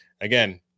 again